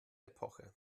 epoche